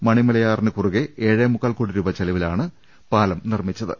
മണിമല യാറിന് കുറുകെ ഏഴേമുക്കാൽ കോടി രൂപ ചെലവിലാണ് പാലം നിർമ്മി ച്ചത്